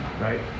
Right